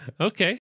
Okay